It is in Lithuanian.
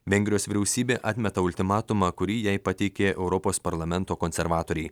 vengrijos vyriausybė atmeta ultimatumą kurį jai pateikė europos parlamento konservatoriai